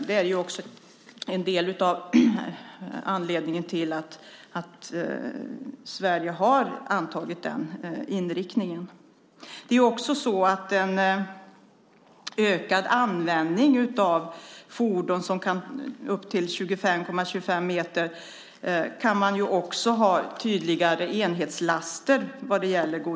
Detta är också en av anledningarna till att Sverige har antagit en sådan inriktning. Vid en ökad användning av fordon upp till 25,25 meter kan man också ha tydligare enhetslaster.